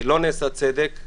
לא נעשה צדק.